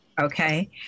okay